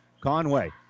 Conway